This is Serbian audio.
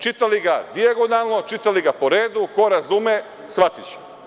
Čitali ga dijagonalno, čitali ga po redu, ko razume shvatiće.